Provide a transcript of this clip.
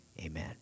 amen